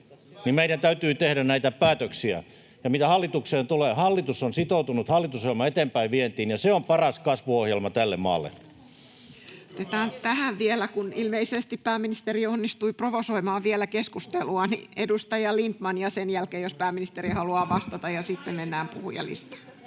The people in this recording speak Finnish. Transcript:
meidän täytyy tehdä näitä päätöksiä. Ja mitä hallitukseen tulee, hallitus on sitoutunut hallitusohjelman eteenpäinvientiin, ja se on paras kasvuohjelma tälle maalle. Otetaan tähän vielä, kun ilmeisesti pääministeri onnistui provosoimaan vielä keskustelua, edustaja Lindtman, ja sen jälkeen jos pääministeri haluaa vastata, ja sitten mennään puhujalistaan.